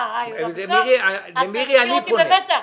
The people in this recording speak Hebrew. אני במתח.